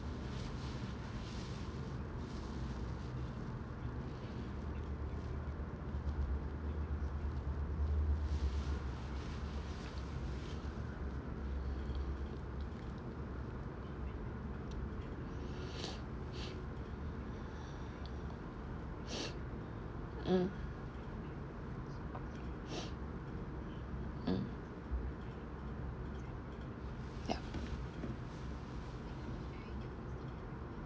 mm mm ya